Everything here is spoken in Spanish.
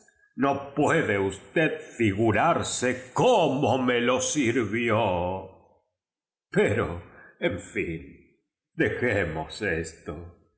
no puede usted figurarse cómo me lo sirvió pero en fin de jemos esto